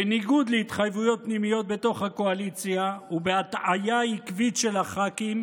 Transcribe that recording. בניגוד להתחייבויות פנימיות בתוך הקואליציה ובהטעיה עקבית של הח"כים,